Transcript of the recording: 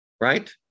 right